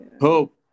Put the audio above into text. Hope